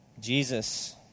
Jesus